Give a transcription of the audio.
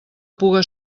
puga